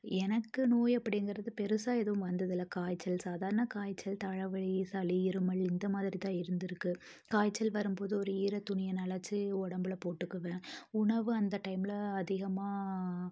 எனக்கு நோய் அப்படிங்கிறது பெருசாக எதுவும் வந்தது இல்லை காய்ச்சல் சாதாரண காய்ச்சல் தலைவலி சளி இருமல் இந்தமாதிரி தான் இருந்திருக்கு காய்ச்சல் வரும் போது ஒரு ஈர துணியை நனைச்சி உடம்பில் போட்டுக்குவேன் உணவு அந்த டைமில் அதிகமாக